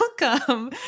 welcome